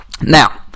Now